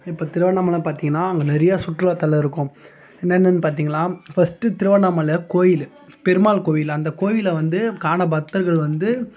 இப்போ திருவண்ணாமலை பார்த்தீங்கன்னா அங்கே நிறையா சுற்றுலா தலம் இருக்கும் என்னென்னனு பார்த்தீங்களாம் ஃபர்ஸ்ட்டு திருவண்ணாமலை கோயில் பெருமாள் கோயில் அந்தக் கோயிலில் வந்து காண பக்தர்கள் வந்து